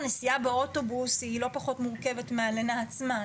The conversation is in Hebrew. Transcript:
הנסיעה באוטובוס היא לא פחות מורכבת מהלינה עצמה.